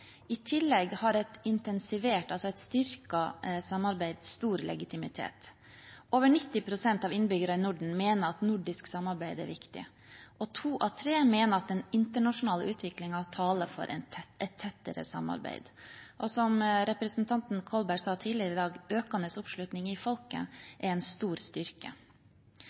I tillegg har et intensivert, altså et styrket, samarbeid stor legitimitet. Over 90 pst. av innbyggerne i Norden mener at nordisk samarbeid er viktig, og to av tre mener at den internasjonale utviklingen taler for et tettere samarbeid. Som representanten Kolberg sa tidligere i dag, er økende oppslutning i folket en stor styrke.